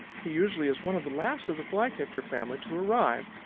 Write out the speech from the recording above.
he usually is one of the last of the flycatcher family to arrive.